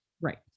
Right